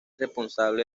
responsable